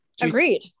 agreed